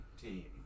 team